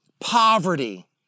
poverty